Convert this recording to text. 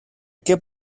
que